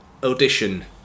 audition